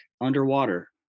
underwater